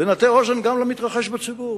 ונטה אוזן גם למתרחש בציבור,